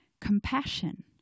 Compassion